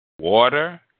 Water